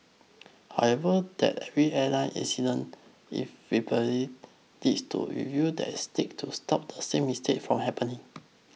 however that every airline incident inevitably leads to review that seek to stop the same mistake from happen